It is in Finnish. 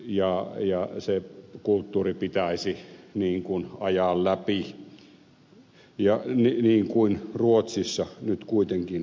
se kulttuuri pitäisi ajaa läpi niin kuin ruotsissa nyt kuitenkin on tapahtunut